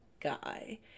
guy